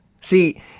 See